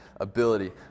ability